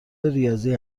ریاضی